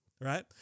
right